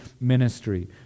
ministry